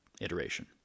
iteration